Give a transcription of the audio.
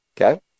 Okay